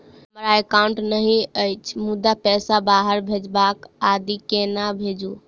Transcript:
हमरा एकाउन्ट नहि अछि मुदा पैसा बाहर भेजबाक आदि केना भेजू?